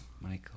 Michael